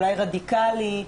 אולי רדיקלי,